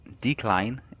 decline